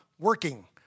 working